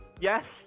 Yes